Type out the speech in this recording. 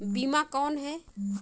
बीमा कौन है?